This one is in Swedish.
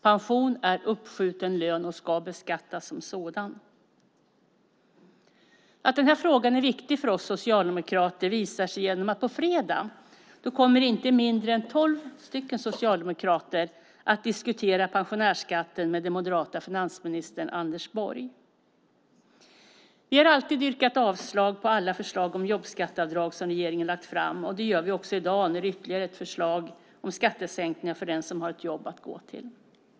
Pension är uppskjuten lön och ska beskattas som sådan. Att den här frågan är viktig för oss socialdemokrater visar sig genom att inte mindre än tolv socialdemokrater på fredag kommer att diskutera pensionärsskatten med den moderate finansministern Anders Borg. Vi har alltid yrkat avslag på alla förslag om jobbskatteavdrag som regeringen har lagt fram, och det gör vi också i dag, när det behandlas ytterligare ett förslag om skattesänkningar för den som har ett jobb att gå till.